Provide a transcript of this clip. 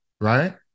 right